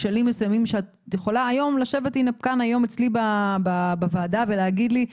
כשלים מסוימים שאת יכולה היום לשבת כאן היום אצלי בוועדה ולהגיד לי,